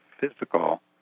physical